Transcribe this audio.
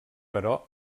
però